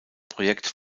projekt